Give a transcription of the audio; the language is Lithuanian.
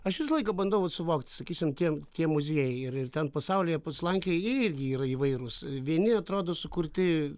aš visą laiką bandau vat suvokti sakysim tie tie muziejai ir ir ten pasaulyje slankioji jie irgi yra įvairūs vieni atrodo sukurti